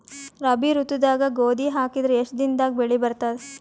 ರಾಬಿ ಋತುದಾಗ ಗೋಧಿ ಹಾಕಿದರ ಎಷ್ಟ ದಿನದಾಗ ಬೆಳಿ ಬರತದ?